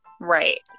Right